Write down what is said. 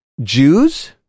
Jews